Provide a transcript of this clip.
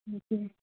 ਅੱਛਾ